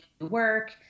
work